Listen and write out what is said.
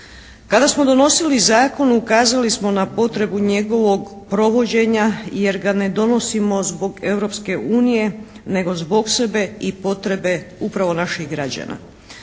Kada smo donosili zakon ukazali smo na potrebu njegovog provođenja jer ga ne donosimo zbog Europske unije nego zbog sebe i potrebe upravo naših građana.